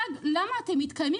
עד שיבוא מנכ"ל חדש.